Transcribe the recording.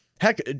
Heck